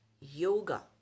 yoga